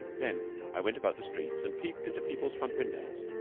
then i went about the streets and peeped into people's front windows,